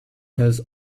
has